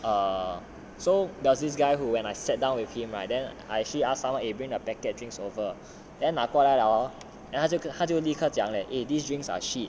err so does this guy who when I sat down with him right then I shall someone eh bring the packet drinks over then 拿过来 liao hor then 他就立刻讲 leh eh these drinks are shit